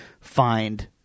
find